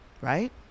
Right